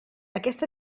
aquest